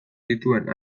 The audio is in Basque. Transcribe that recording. dituen